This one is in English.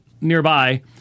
nearby